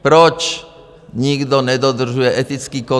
Proč nikdo nedodržuje etický kodex?